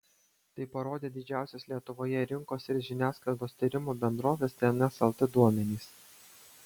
tai parodė didžiausios lietuvoje rinkos ir žiniasklaidos tyrimų bendrovės tns lt duomenys